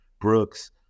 Brooks